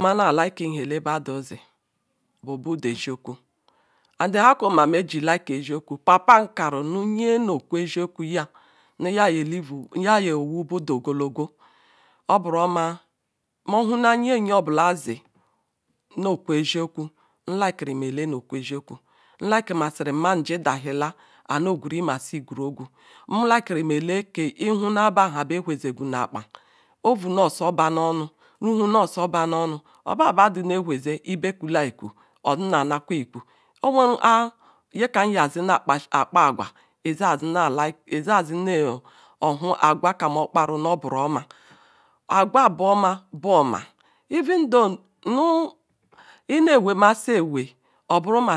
Mana-alikei nhele budu nzi bu budu eziokwu and hah nkwo meji eikei eziokwu papa kana su epiokwu je liveu ndu ogologo obuko-oma meb ohuna nyenin nye obula nzi nlikirim eziokwu nlikirima si mani dazila anyi nu egwu igurugu nlikirim eleke ihuna bah zeguni nah apah ovu noh soh bah nma oba badu neh weh zor bekuli ikwu izuna ama kwe iku mere nyekam zila nah akpa agwa izi na azi ohuah agwa kam okpari noh obimoma